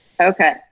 Okay